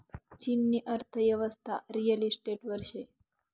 चीननी अर्थयेवस्था रिअल इशटेटवर शे